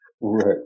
right